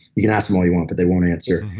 you can ask them all you want but they won't answer.